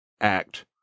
act